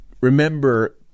remember